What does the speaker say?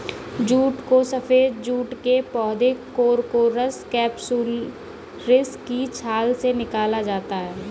jute को सफेद jute के पौधे कोरकोरस कैप्सुलरिस की छाल से निकाला जाता है